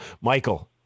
Michael